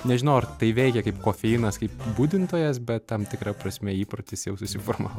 nežinau ar tai veikia kaip kofeinas kaip budintojas bet tam tikra prasme įprotis jau susiformavo